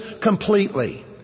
completely